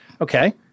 Okay